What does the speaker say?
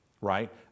right